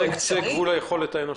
זהו קצה גבול היכולת האנושית.